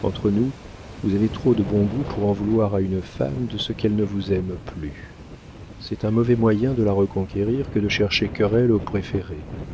entre nous vous avez trop de bon goût pour en vouloir à une femme de ce qu'elle ne vous aime plus c'est un mauvais moyen de la reconquérir que de chercher querelle au préféré